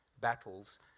battles